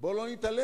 בואו לא נתעלם.